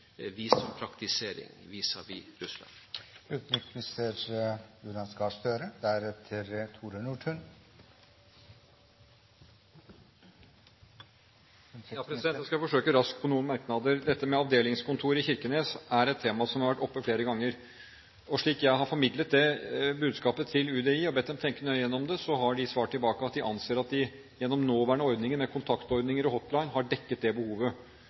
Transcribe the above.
Jeg skal forsøke raskt å svare på noen merknader. Dette med avdelingskontor i Kirkenes er et tema som har vært oppe flere ganger. Slik jeg har formidlet budskapet til UDI og bedt dem tenke nøye gjennom det, har de svart tilbake at de anser at de gjennom nåværende ordninger – med kontaktordninger og «hotline »– har dekket det behovet.